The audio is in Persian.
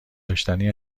داشتنی